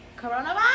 coronavirus